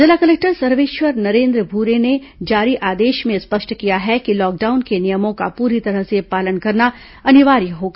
जिला कलेक्टर सर्वेश्वर नरेन्द्र भूरे ने जारी आदेश में स्पष्ट किया है कि लॉकडाउन के नियमों का पूरी तरह से पालन करना अनिवार्य होगा